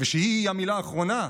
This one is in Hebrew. ושהיא המילה האחרונה,